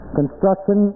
construction